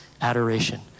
Adoration